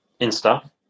Insta